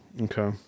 okay